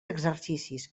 exercicis